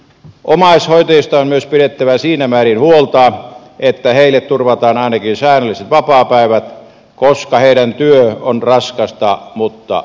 omaishoitajista on myös pidettävä siinä määrin huolta että heille turvataan ainakin säännölliset vapaapäivät koska heidän työnsä on raskasta mutta arvokasta